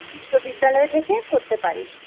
বিশ্ববিদ্যালয় থেকে করতে পারিস